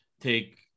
take